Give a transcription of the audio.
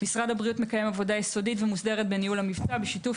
משרד הבריאות מקיים עבודה יסודית ומוסדרת בניהול המבצע בשיתוף